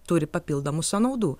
turi papildomų sąnaudų